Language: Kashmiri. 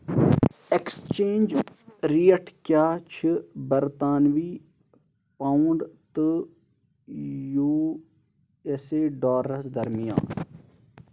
ایکسچینج ریٹ کیٛاہ چھِ برطانوی پاؤنڈ تہٕ یو ایس اے ڈالرَس درمیان